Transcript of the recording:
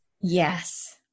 Yes